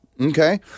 Okay